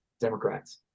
Democrats